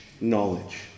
knowledge